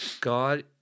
God